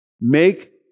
Make